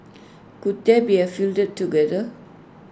could they be fielded together